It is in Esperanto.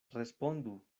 respondu